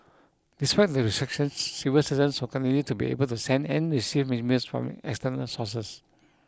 despite the restrictions civil servants will continue to be able to send and receive emails from external sources